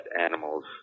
animals